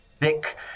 thick